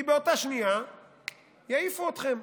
כי באותה שנייה יעיפו אתכם.